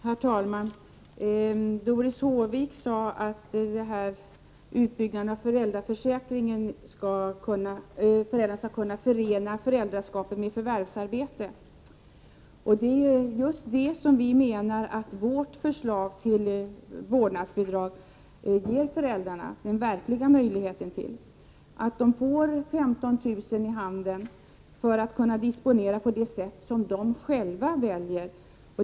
Herr talman! Doris Håvik sade att utbyggnaden av föräldraförsäkringen ger möjlighet att förena föräldraskapet med förvärvsarbete. Det är just den möjligheten som vi menar att vårt förslag till vårdnadsbidrag ger föräldrarna. De får 15 000 kr. i handen att kunna disponera på det sätt som de själva väljer.